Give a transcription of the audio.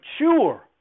mature